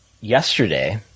yesterday